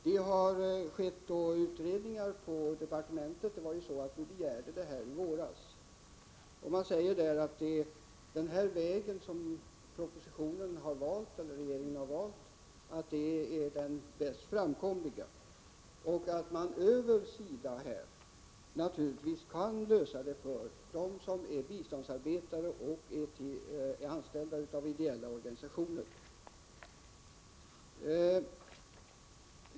Det har gjorts utredningar på departementet sedan vi i våras begärde det här, och man säger där att den väg regeringen har valt är den mest framkomliga och att man över SIDA naturligtvis kan lösa det för dem som är biståndsarbetare och anställda i ideella organisationer.